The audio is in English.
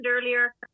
earlier